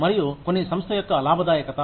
మరియు కొన్ని సంస్థ యొక్క లాభదాయకత